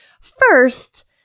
first